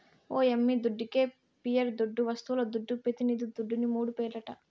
ఓ యమ్మీ దుడ్డికే పియట్ దుడ్డు, వస్తువుల దుడ్డు, పెతినిది దుడ్డుని మూడు పేర్లట